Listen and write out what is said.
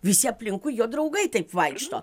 visi aplinkui jo draugai taip vaikšto